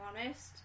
honest